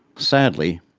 sadly,